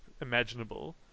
imaginable